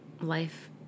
life